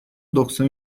doksan